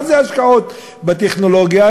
מה זה השקעות בטכנולוגיה,